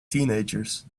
teenagers